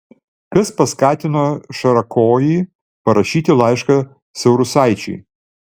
kas paskatino šarakojį parašyti laišką saurusaičiui